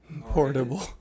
Portable